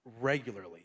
regularly